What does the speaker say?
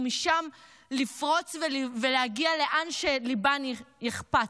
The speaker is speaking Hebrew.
ומשם לפרוץ ולהגיע לאן שליבן יחפוץ.